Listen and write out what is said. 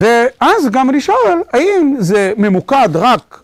ואז גם אני שואל, האם זה ממוקד רק...